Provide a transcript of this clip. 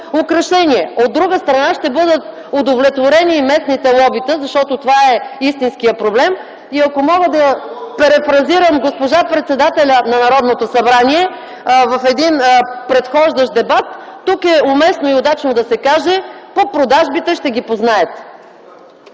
От друга страна, ще бъдат удовлетворени и местните лобита, защото това е истинският проблем. (Реплики.) И ако мога да перифразирам госпожа председателя на Народното събрание в един предхождащ дебат: тук е уместно и удачно да се каже: „По продажбите ще ги познаете”.